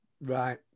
right